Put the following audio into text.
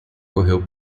correu